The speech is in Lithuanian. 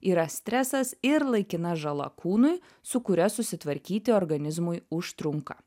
yra stresas ir laikina žala kūnui su kuria susitvarkyti organizmui užtrunka